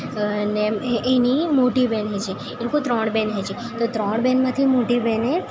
અને એમ એની મોટી બેન છે જે એ લોકો ત્રણ બેન છે જે તો ત્રણ બેનમાંથી મોટી બેને